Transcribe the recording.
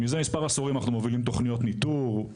זה מספר עשורים אנחנו מובילים תוכניות ניטור,